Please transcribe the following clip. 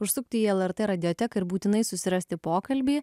užsukti į lrt radioteką ir būtinai susirasti pokalbį